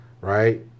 right